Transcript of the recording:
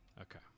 Okay